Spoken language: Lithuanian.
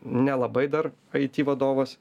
nelabai dar aiti vadovas